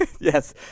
Yes